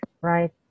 right